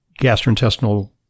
gastrointestinal